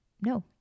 No